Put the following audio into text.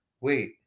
wait